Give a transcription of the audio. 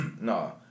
No